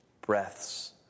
breaths